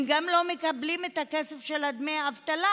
הם גם לא מקבלים את הכסף של דמי האבטלה.